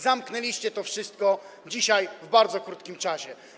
Zamknęliście to wszystko dzisiaj w bardzo krótkim czasie.